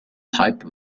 type